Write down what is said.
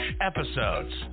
episodes